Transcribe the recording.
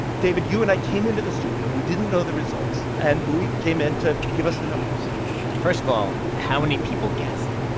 david, you and i came into the studio. we didn't know the results. and bui came in to give us the numbers first of all, how many people guessed?